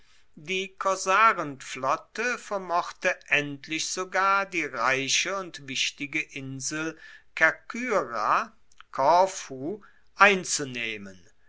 die korsarenflotte vermochte endlich sogar die reiche und wichtige insel kerkyra korfu einzunehmen